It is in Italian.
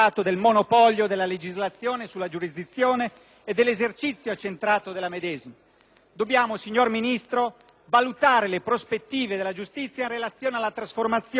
medesima. Signor Ministro, dobbiamo valutare le prospettive della giustizia in relazione alla trasformazione del nostro Stato in senso federale. La transizione verso un assetto di tipo federale